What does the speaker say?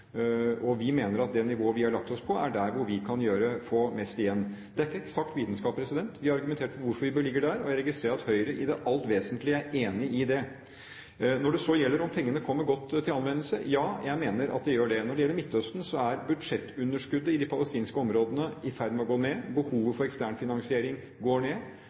og vi mener at det nivået vi har lagt oss på, er der vi kan få mest igjen. Det er ikke eksakt vitenskap. Vi har argumentert for hvorfor vi bør ligge der, og jeg registrerer at Høyre i det alt vesentlige er enig i det. Når det så gjelder om pengene kommer godt til anvendelse: Ja, jeg mener at de gjør det. Når det gjelder Midtøsten, er budsjettunderskuddet i de palestinske områdene i ferd med å gå ned. Behovet for ekstern finansiering går nå ned.